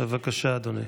בבקשה, אדוני.